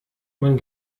man